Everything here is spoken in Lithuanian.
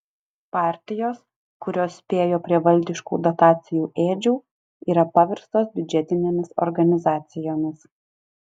partijos kurios spėjo prie valdiškų dotacijų ėdžių yra paverstos biudžetinėmis organizacijomis